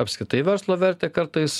apskritai verslo vertę kartais